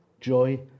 joy